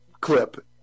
clip